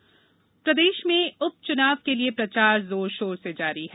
चुनाव प्रचार प्रदेश में उपच्नाव के लिए प्रचार जोर शोर से जारी है